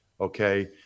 okay